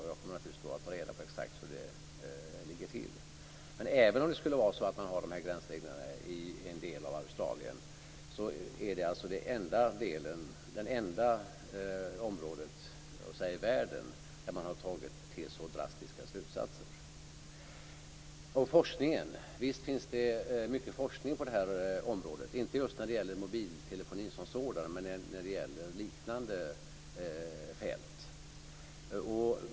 Jag kommer då naturligtvis att ta reda på exakt hur det ligger till. Även om det skulle vara så att man har dessa gränsregler i en del av Australien är det i så fall det enda området i världen där man har dragit så drastiska slutsatser. Visst finns det mycket forskning på det här området. Det gäller inte just mobiltelefonin som sådan utan liknande fält.